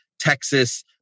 Texas